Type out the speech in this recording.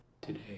today